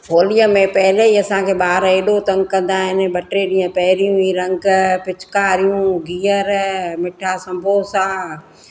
होलीअ में पहिले ई असांखे ॿार एॾो तंग कंदा आहिनि ॿ टे ॾींहं पहिरियों ई रंग पिचकारियूं घीअर मिठा संबोसा